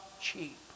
cheap